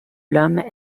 l’homme